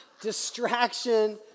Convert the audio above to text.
distraction